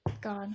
God